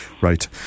Right